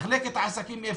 מחלקת עסקים איפה?